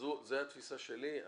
זו התפיסה שלי.